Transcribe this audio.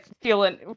feeling